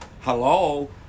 hello